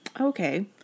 Okay